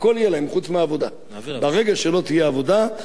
ברגע שלא תהיה עבודה הם יבקשו לעזוב את הארץ.